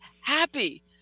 happy